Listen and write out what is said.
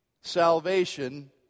salvation